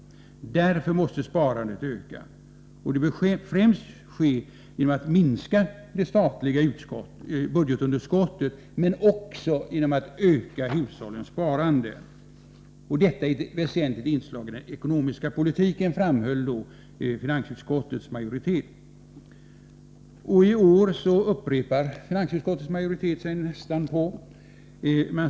Därför måste sparandet öka och det borde, enligt utskottet, främst ske genom att minska det statliga budgetunderskottet, men också genom att öka hushållens sparande. Detta är ett väsentligt inslag i den ekonomiska politiken, framhöll då finansutskottets majoritet. I år upprepar finansutskottets majoritet detta.